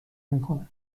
میکنم